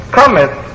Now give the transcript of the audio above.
cometh